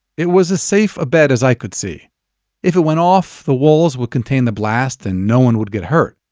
it was as safe a bet as i could see if it went off, the walls would contain the blast and no one would get hurt.